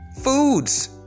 foods